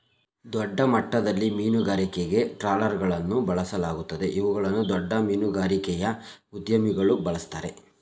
ದೊಡ್ಡಮಟ್ಟದಲ್ಲಿ ಮೀನುಗಾರಿಕೆಗೆ ಟ್ರಾಲರ್ಗಳನ್ನು ಬಳಸಲಾಗುತ್ತದೆ ಇವುಗಳನ್ನು ದೊಡ್ಡ ಮೀನುಗಾರಿಕೆಯ ಉದ್ಯಮಿಗಳು ಬಳ್ಸತ್ತರೆ